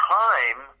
time